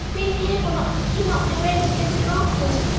being careful not to knock your heads against the rafters,